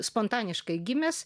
spontaniškai gimęs